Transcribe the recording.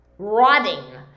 rotting